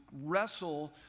wrestle